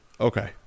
Okay